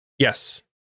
Yes